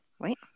wait –